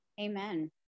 Amen